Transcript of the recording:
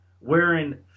wearing